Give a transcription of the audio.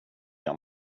jag